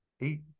eight